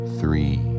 three